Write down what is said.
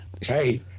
Hey